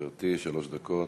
שנחשף אתמול